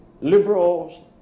liberals